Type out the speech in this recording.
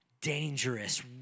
dangerous